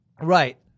right